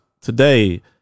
today